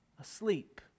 asleep